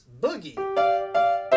Boogie